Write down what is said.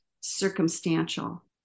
circumstantial